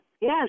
Yes